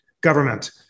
government